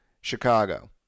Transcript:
Chicago